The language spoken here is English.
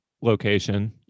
location